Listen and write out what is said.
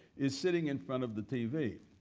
is sitting in front of the tv.